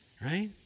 Right